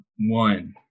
one